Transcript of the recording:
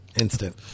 Instant